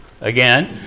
again